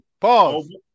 pause